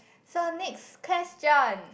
so next question